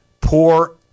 poor